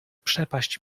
przepaść